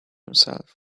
himself